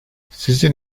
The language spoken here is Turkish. sizin